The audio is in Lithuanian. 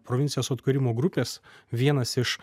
provincijos atkūrimo grupės vienas iš